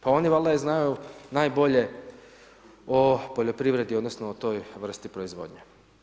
Pa oni valjda znaju najbolje o poljoprivredi, odnosno o toj vrsti proizvodnje.